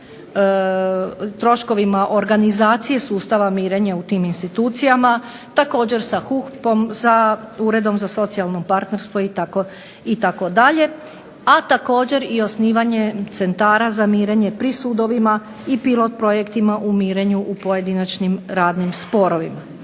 u troškovima organizacije sustava mirenja u tim institucijama, također sa HUP-om, sa Uredom za socijalno partnerstvo itd. A također osnivanje Centara za mirenje pri sudovima i pilot projektima u mirenju u pojedinačnim radnim sporovima.